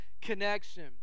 connection